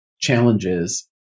challenges